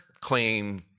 claim